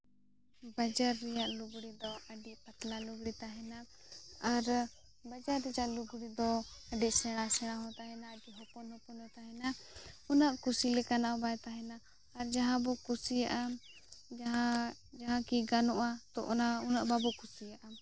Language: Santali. ᱵᱟᱡᱟᱨ ᱨᱮᱭᱟᱜ ᱞᱩᱜᱽᱲᱤᱡᱽ ᱫᱚ ᱟᱹᱰᱤ ᱯᱟᱛᱞᱟ ᱞᱩᱜᱽᱲᱤᱡᱽ ᱛᱟᱦᱮᱱᱟ ᱟᱨ ᱵᱟᱡᱟᱨ ᱨᱮ ᱨᱮᱭᱟᱜ ᱞᱩᱜᱽᱲᱤ ᱫᱚ ᱟᱹᱰᱤ ᱥᱮᱬᱟ ᱥᱮᱬᱟ ᱦᱚᱸ ᱛᱟᱦᱮᱱᱟ ᱟᱹᱰᱤ ᱦᱚᱯᱚᱱ ᱦᱚᱯᱚᱱ ᱦᱚᱸ ᱛᱟᱦᱮᱱᱟ ᱩᱱᱟᱹᱜ ᱠᱩᱥᱤᱞᱮᱠᱟᱱᱟᱜ ᱵᱟᱭ ᱛᱟᱦᱮᱱᱟ ᱟᱨ ᱡᱟᱦᱟᱸ ᱵᱚ ᱠᱩᱥᱤᱭᱟᱜᱼᱟ ᱡᱟᱦᱟᱸ ᱡᱟᱦᱟᱸ ᱠᱤ ᱜᱟᱱᱚᱜᱜᱼᱟ ᱛᱚ ᱚᱱᱟ ᱩᱱᱟᱹᱜ ᱵᱟᱵᱚ ᱠᱩᱥᱤᱭᱟᱜᱼᱟ